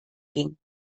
ging